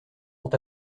vont